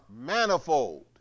manifold